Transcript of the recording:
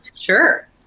Sure